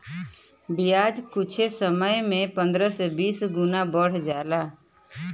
बियाज कुच्छे समय मे पन्द्रह से बीस गुना बढ़ जाला